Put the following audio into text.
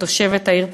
כתושבת העיר פתח-תקווה.